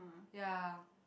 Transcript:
ya